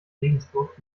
regensburg